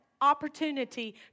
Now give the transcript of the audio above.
opportunity